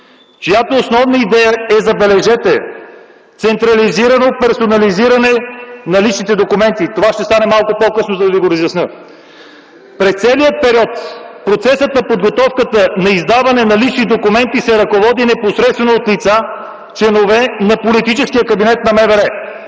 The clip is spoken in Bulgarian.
чиято основна идея е, забележете, централизирано персонализиране на личните документи. Това ще остане за малко по късно да ви го разясня. През целия период процесът на подготовката на издаване на лични документи се ръководи непосредствено от лица – членове на политическия кабинет на МВР,